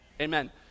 Amen